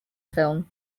film